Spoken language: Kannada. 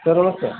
ಸರ್ ನಮಸ್ತೆ